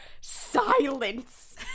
Silence